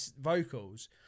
vocals